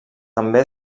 també